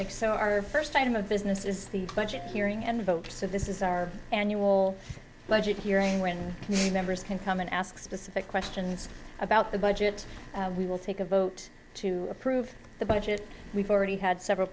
back so our first item of business is the budget hearing and vote so this is our annual budget hearing when members can come and ask specific questions about the budget we will take a vote to approve the budget we've already had several